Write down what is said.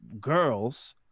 girls